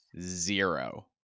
zero